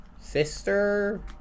Sister